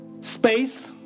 space